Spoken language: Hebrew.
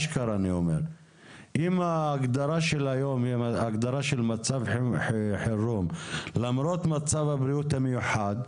אם ההגדרה של היום היא הגדרת מצב חירום למרות מצב הבריאות המיוחד,